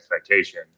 expectation